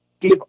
give